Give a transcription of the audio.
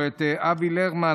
או את אבי לרמן,